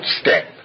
step